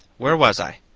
where was i?